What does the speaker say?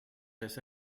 des